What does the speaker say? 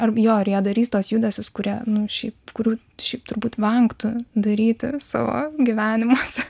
ar jo ar jie darys tuos judesius kurie nu šiaip kurių šiaip turbūt vengtų daryti savo gyvenimuose